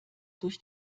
durch